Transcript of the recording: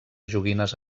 joguines